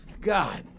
God